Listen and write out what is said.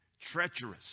treacherous